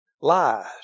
Lies